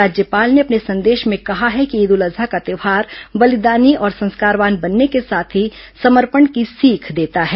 राज्यपाल ने अपने संदेश में कहा है कि ईद उल अजहा का त्यौहार बलिदानी और संस्कारवान बनने के साथ ही समर्पण की सीख देता है